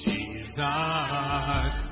Jesus